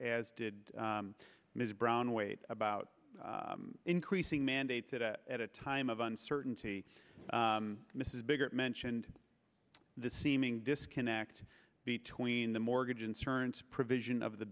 as did ms brown weight about increasing mandates that at a time of uncertainty mrs biggert mentioned the seeming disconnect between the mortgage insurance provision of the